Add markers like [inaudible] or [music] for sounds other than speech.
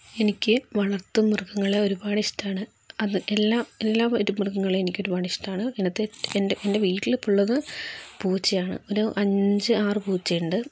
എനിക്ക് വളർത്തുമൃഗങ്ങളെ ഒരുപാട് ഇഷ്ടമാണ് അത് എല്ലാം എല്ലാ മൃഗങ്ങളെയും എനിക്കൊരുപാട് ഇഷ്ടമാണ് [unintelligible] എൻ്റെ എൻ്റെ വീട്ടിലിപ്പോൾ ഉള്ളത് പൂച്ചയാണ് ഒരു അഞ്ച് ആറ് പൂച്ചയുണ്ട്